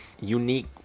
unique